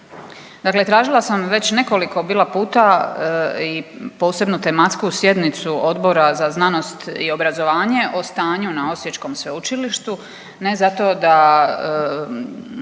Dakle, tražila sam već nekoliko bila puta i posebno tematsku sjednicu Odbora za znanost i obrazovanje o stanju na Osječkom sveučilištu, ne zato da